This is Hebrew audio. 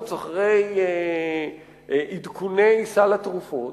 ריצה אחרי עדכוני סל התרופות,